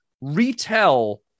retell